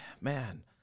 Man